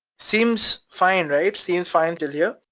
seems fine, right? seems fine til here.